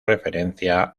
referencia